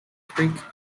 creek